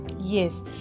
Yes